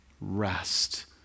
Rest